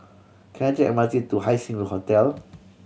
can I take M R T to Haising Hotel